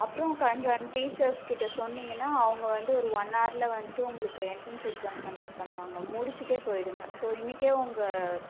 அப்புறம் concern teachers கிட்ட சொன்னீங்கன்னால் அவங்க வந்து ஒரு ஒன் ஹார்சில் வந்துட்டு உங்களுக்கு எண்ட்ரன்ஸ் எக்ஸாம் கண்டக்ட் பண்ணுவாங்கள் முடிச்சுட்டே போயிடுங்கள் ஸோ இன்னைக்கே உங்கள்